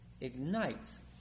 ignites